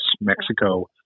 Mexico